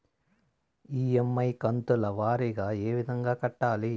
EMI కంతుల వారీగా ఏ విధంగా కట్టాలి